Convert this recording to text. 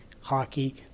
Hockey